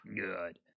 good